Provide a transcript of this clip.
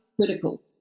critical